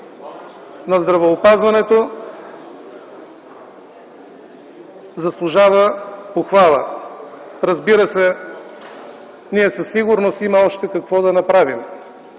на здравеопазването, заслужава похвала. Разбира се, със сигурност ние имаме все още какво да направим.